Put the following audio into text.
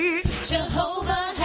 Jehovah